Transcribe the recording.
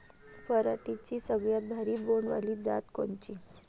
पराटीची सगळ्यात भारी बोंड वाली जात कोनची?